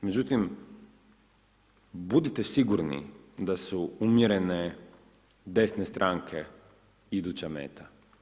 Međutim, budite sigurni da su umjerene desne stranke iduća meta.